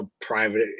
private